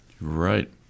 Right